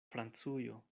francujo